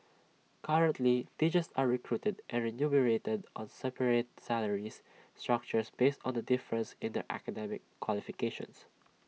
currently teachers are recruited and remunerated on separate salary structures based on the difference in their academic qualifications